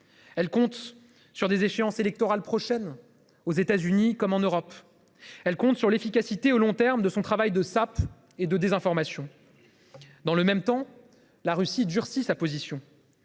Elle compte sur des échéances électorales prochaines, aux États Unis comme en Europe. Elle compte sur l’efficacité à long terme de son travail de sape et de désinformation. Dans le même temps, la Russie durcit sa position.